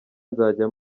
nzajya